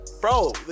Bro